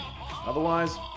Otherwise